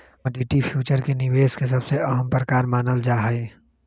commodity future के निवेश के सबसे अहम प्रकार मानल जाहई